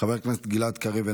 חבר הכנסת גלעד קריב,